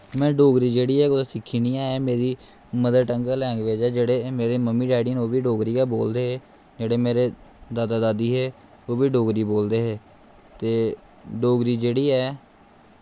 में डोगरी जेह्ड़ी ऐ ओह् कुतै सिक्खी निं ऐ मेरी मदर टंग लैंग्यूज ऐ जेह्ड़े मेरे मम्मी डैडी जेह्ड़े ओह्बी एह् डोगरी गै बोलदे हे जेह्ड़े मेरे दादा दादी हे ओह्बी डोगरी बोलदे हे ते डोगरी जेह्ड़ी ऐ